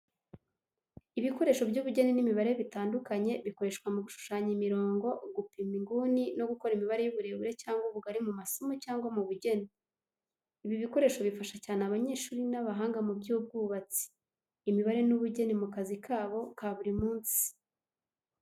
Ibikoresho by’ubugeni n’imibare bitandukanye bikoreshwa mu gushushanya imirongo, gupima inguni no gukora imibare y’uburebure cyangwa ubugari mu masomo cyangwa mu bugeni. Ibi bikoresho bifasha cyane abanyeshuri n’abahanga mu by’ubwubatsi, imibare n’ubugeni mu kazi kabo ka buri munsi.